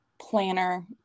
planner